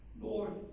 Lord